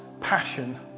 passion